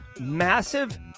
massive